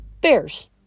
bears